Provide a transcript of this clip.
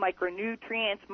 micronutrients